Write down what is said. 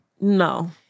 No